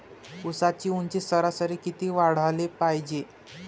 ऊसाची ऊंची सरासरी किती वाढाले पायजे?